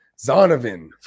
Zonovan